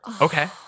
Okay